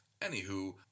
Anywho